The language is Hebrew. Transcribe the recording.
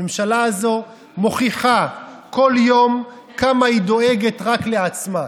הממשלה הזו מוכיחה כל יום כמה היא דואגת רק לעצמה,